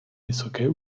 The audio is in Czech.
vysoké